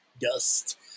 dust